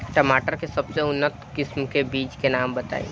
टमाटर के सबसे उन्नत किस्म के बिज के नाम बताई?